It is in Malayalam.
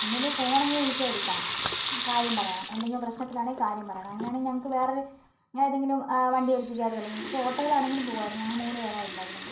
ഒന്നൂല്ലേ ഫോണെങ്കിലും വിളിച്ചാൽ എടുക്കണം കാര്യം പറയണം എന്തെങ്കിലും പ്രശ്നത്തിലാണെങ്കിൽ കാര്യം പറയണം അങ്ങനെ ആണെങ്കിൽ ഞങ്ങൾക്ക് വേറൊരു ഏതെങ്കിലും വണ്ടി ഏൽപ്പിക്കായിരുന്നല്ലോ ഞങ്ങൾക്കിപ്പോൾ ഓട്ടോലാണെങ്കിലും പോകാമായിരുന്നു ഞങ്ങൾ മൂന്നുപേരെ ഉണ്ടായിരുന്നുള്ളു